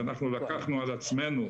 אנחנו לקחנו על עצמנו,